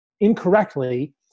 incorrectly